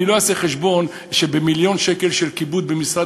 אני לא אעשה חשבון שבמיליון שקל של כיבוד במשרד